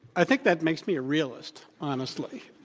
i think that makes me a realist, honestly.